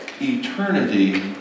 eternity